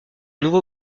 nouveau